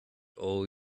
all